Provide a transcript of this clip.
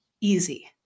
easy